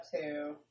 two